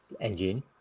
engine